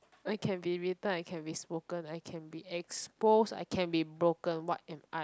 I can be written I can be spoken I can be exposed I can be broken what am I